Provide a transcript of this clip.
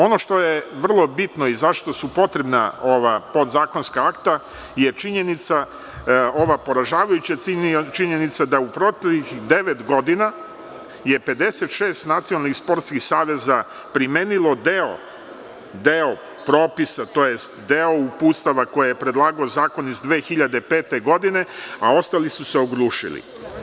Ono što je vrlo bitno i zašto su potrebna ova podzakonska akta je poražavajuća činjenica da u proteklih devet godina je 56 nacionalnih sportskih saveza primenilo deo propisa, tj. deo uputstava koje je predlagao Zakon iz 2005. godine, a ostali su se oglušili.